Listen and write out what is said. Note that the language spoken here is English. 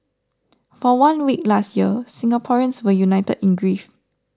for one week last year Singaporeans were united in grief